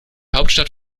hauptstadt